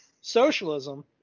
socialism